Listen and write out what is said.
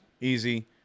easy